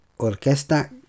Orquesta